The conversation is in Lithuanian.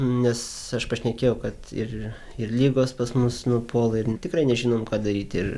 nes aš pašnekėjau kad ir ir lygos pas mus nupuola ir tikrai nežinom ką daryti ir